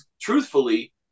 truthfully